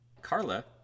Carla